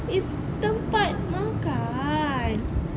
it's tempat makan